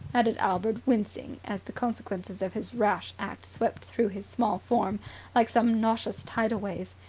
added albert, wincing as the consequences of his rash act swept through his small form like some nauseous tidal wave.